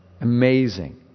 Amazing